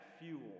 fuel